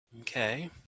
Okay